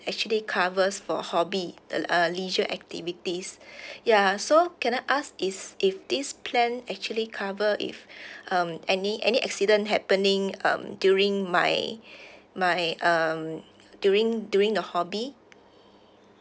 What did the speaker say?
actually covers for hobby uh uh leisure activities ya so can I ask is if this plan actually cover if um any any accident happening um during my my um during during the hobby